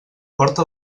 porta